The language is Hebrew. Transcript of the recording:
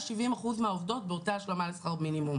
זה המון.